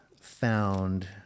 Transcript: found